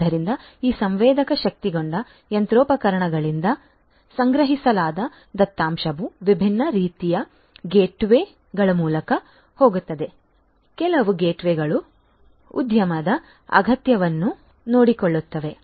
ಆದ್ದರಿಂದ ಈ ಸಂವೇದಕ ಶಕ್ತಗೊಂಡ ಯಂತ್ರೋಪಕರಣಗಳಿಂದ ಸಂಗ್ರಹಿಸಲಾದ ದತ್ತಾಂಶವು ವಿವಿಧ ರೀತಿಯ ಗೇಟ್ವೇಗಳ ಮೂಲಕ ಹೋಗುತ್ತದೆ ಕೆಲವು ಗೇಟ್ವೇಗಳು ಉದ್ಯಮದ ಅಗತ್ಯವನ್ನು ನೋಡಿಕೊಳ್ಳುತ್ತವೆ